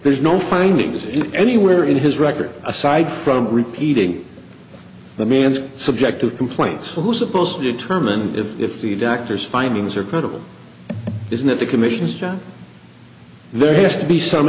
there's no findings in anywhere in his record aside from repeating the man's subjective complaints who's supposed to determine if the doctors findings are credible is not the commission's job there has to be some